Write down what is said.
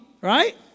right